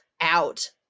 out